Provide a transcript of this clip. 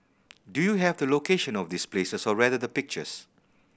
do you have the location of this places or rather the pictures